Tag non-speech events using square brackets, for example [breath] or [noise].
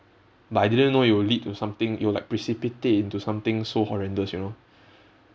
but I didn't know it'll lead to something it'll like precipitate into something so horrendous you know [breath]